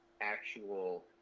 actual